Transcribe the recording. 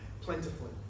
plentifully